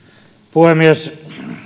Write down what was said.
puhemies